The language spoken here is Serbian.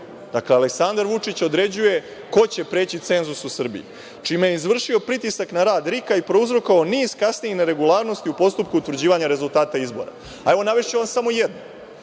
Dakle, Aleksandar Vučić određuje ko će preći cenzus u Srbiji, čime je izvrši pritisak na rad RIK i prouzrokovao niz kasnijih neregularnosti u postupku utvrđivanja rezultata izbora.A evo, navešću vam samo jednu.